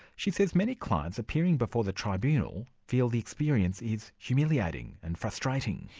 she says many clients appearing before the tribunal feel the experience is humiliating and frustrating.